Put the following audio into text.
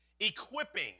equipping